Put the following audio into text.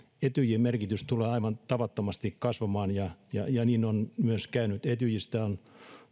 etyjin merkitys tulee aivan tavattomasti kasvamaan ja ja niin on myös käynyt etyjistä on